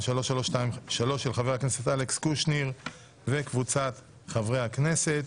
של חבר הכנסת אלכס קושניר וקבוצת חברי הכנסת.